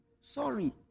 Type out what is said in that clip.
Sorry